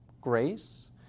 grace